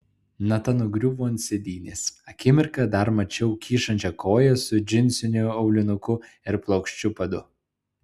nata nugriuvo ant sėdynės akimirką dar mačiau kyšančią koją su džinsiniu aulinuku ir plokščiu padu